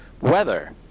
weather